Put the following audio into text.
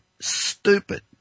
stupid